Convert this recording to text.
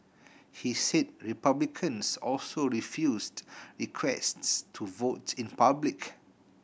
he said Republicans also refused requests to vote in public